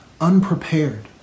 unprepared